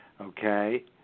Okay